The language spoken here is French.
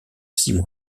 six